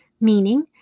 meaning